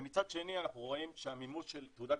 ומצד שני אנחנו רואים שהמימוש של תעודת